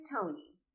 Tony